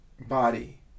body